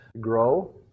grow